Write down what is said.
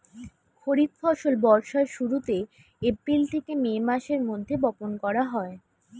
খরিফ ফসল বর্ষার শুরুতে, এপ্রিল থেকে মে মাসের মধ্যে বপন করা হয়